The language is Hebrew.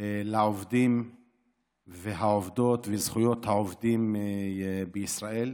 לעובדים ולעובדות ולזכויות העובדים בישראל.